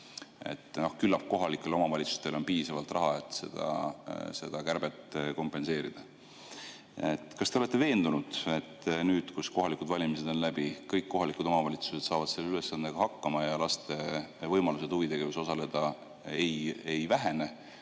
küllap kohalikel omavalitsustel on piisavalt raha, et seda kärbet kompenseerida. Kas te olete veendunud, et nüüd, kus kohalikud valimised on läbi, kõik kohalikud omavalitsused saavad selle ülesandega hakkama ja laste võimalused huvitegevuses osaleda ei vähene?